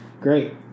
Great